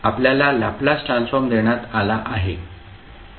आपल्याला Laplace transform देण्यात आला आहे Fss212ss2s3